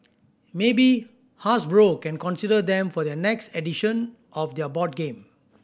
maybe Hasbro can consider them for their next edition of their board game